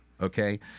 okay